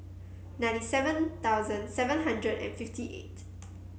ninety seven thousand seven hundred and fifty eight